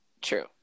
True